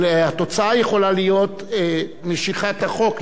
אבל התוצאה יכולה להיות משיכת החוק,